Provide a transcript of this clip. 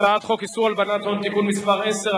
הצעת חוק איסור הלבנת הון (תיקון מס' 10),